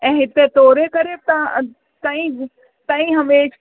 ऐं हिते तोड़े करे तव्हां तव्हीं तव्हीं हमे